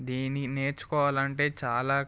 దీన్ని నేర్చుకోవాలంటే చాలా